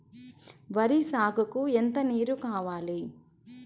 వరి సాగుకు ఎంత నీరు కావాలి?